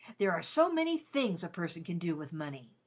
there are so many things a person can do with money.